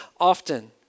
often